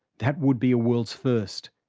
that would be a world's first,